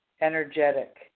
energetic